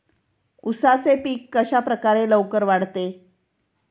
उसाचे पीक कशाप्रकारे लवकर वाढते?